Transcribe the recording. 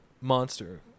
monster